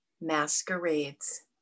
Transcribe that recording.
masquerades